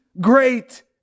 great